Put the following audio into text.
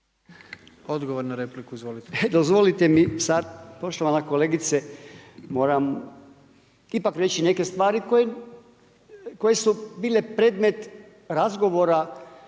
Odgovor na repliku, izvolite.